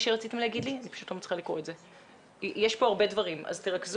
שלום גבירתי